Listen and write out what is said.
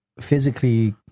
physically